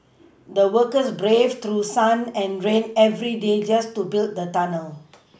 the workers braved through sun and rain every day just to build the tunnel